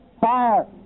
fire